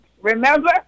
Remember